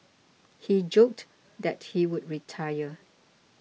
he joked that he would retire